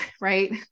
right